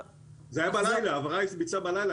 ההעברה הייתה בלילה.